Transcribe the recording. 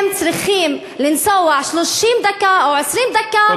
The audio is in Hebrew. הם צריכים לנסוע 30 דקות או 20 דקות,